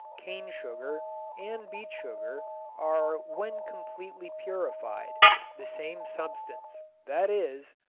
cane sugar and beet sugar are when completely purified the same substance, that is,